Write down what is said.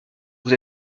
vous